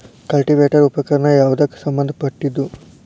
Cultivator ಉಪಕರಣ ಯಾವದಕ್ಕ ಸಂಬಂಧ ಪಟ್ಟಿದ್ದು?